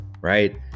right